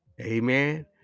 Amen